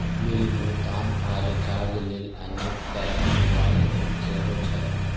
bill भुगतान आ recharge लेल अनेक तरहक मोबाइल एप सेहो छै